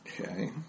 Okay